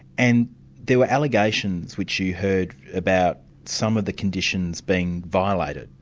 and there were allegations which you heard about some of the conditions being violated,